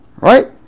right